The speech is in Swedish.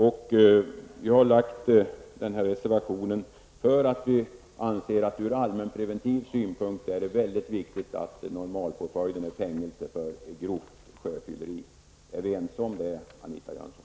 Vi har lagt fram denna reservation eftersom vi anser att det ur allmänpreventiv synpunkt är väldigt viktigt att normalpåföljden för grovt sjöfylleri är fängelse. Är vi ense om detta, Anita Jönsson?